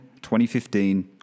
2015